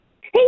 Hey